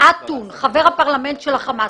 אטון הוא חבר הפרלמנט של החמאס.